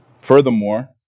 Furthermore